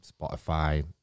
Spotify